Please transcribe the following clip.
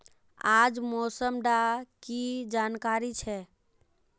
आज मौसम डा की जानकारी छै?